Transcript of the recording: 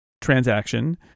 transaction